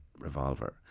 revolver